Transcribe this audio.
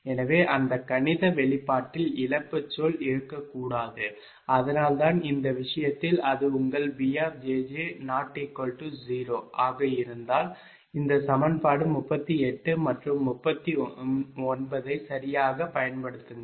எனவே அந்த கணித வெளிப்பாட்டில் இழப்புச் சொல் இருக்கக்கூடாது அதனால் தான் இந்த விஷயத்தில் அது உங்கள் B ≠ 0 ஆக இருந்தால் இந்த சமன்பாடு 38 மற்றும் 39 ஐச் சரியாகப் பயன்படுத்துங்கள்